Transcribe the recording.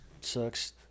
sucks